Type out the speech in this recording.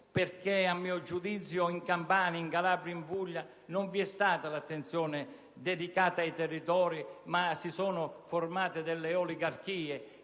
perché in Campania, in Calabria, in Puglia non vi è stata attenzione dedicata ai territori, ma si sono formate oligarchie